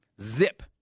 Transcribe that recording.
Zip